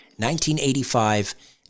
1985